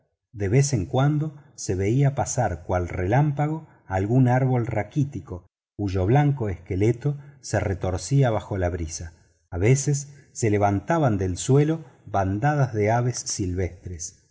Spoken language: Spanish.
de vez en cuando se veía pasar cual relámpago algún árbol raquítico cuyo blanco esqueleto se retorcía bajo la brisa a veces se levantaban del suelo bandadas de aves silvestres